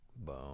Boom